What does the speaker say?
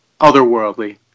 otherworldly